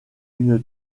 une